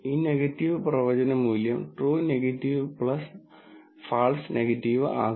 ഈ നെഗറ്റീവ് പ്രവചന മൂല്യം ട്രൂ നെഗറ്റീവ് ഫാൾസ് നെഗറ്റീവ് ആകും